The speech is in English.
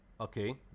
Okay